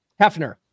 hefner